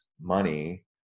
money